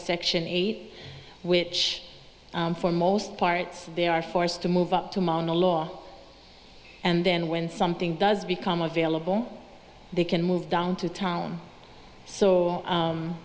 section eight which for most parts they are forced to move up to mount a law and then when something does become available they can move down to town